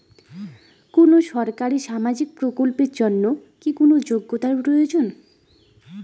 কোনো সরকারি সামাজিক প্রকল্পের জন্য কি কোনো যোগ্যতার প্রয়োজন?